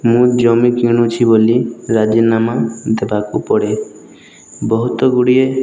ମୁଁ ଜମି କିଣୁଛି ବୋଲି ରାଜିନାମା ଦେବାକୁ ପଡ଼େ ବହୁତ ଗୁଡ଼ିଏ